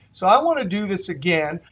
so i want to do this again,